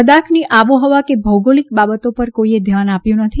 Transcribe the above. લદ્દાખની આબોહવા કે ભૌગોલિક બાબતો પર કોઇએ ધ્યાન આપ્યું નથી